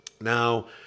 Now